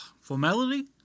Formality